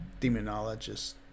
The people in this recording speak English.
demonologists